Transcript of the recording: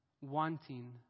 Wanting